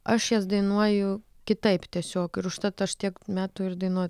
aš jas dainuoju kitaip tiesiog ir užtat aš tiek metų ir dainuoju